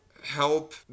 Help